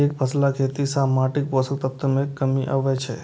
एकफसला खेती सं माटिक पोषक तत्व मे कमी आबै छै